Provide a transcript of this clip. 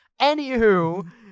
Anywho